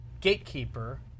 gatekeeper